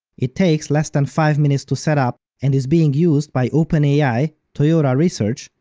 it takes less than five minutes to set up and is being used by openai, toyota research,